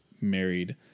married